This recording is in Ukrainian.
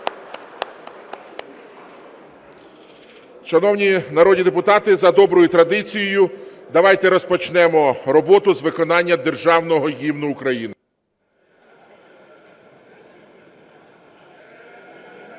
Шановні народні депутати, за доброю традицією давайте розпочнемо роботу з виконання Державного Гімну України.